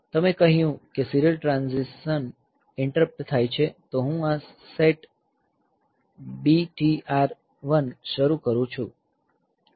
તમે કહ્યું કે સીરીયલ ટ્રાન્ઝીશન ઇન્ટરપ્ટ થાય છે તો હું આ સેટ BTR1 શરૂ કરું છું